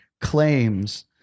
claims